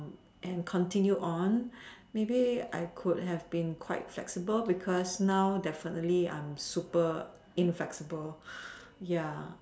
and continue on maybe I could have been quite flexible because now definitely I am super inflexible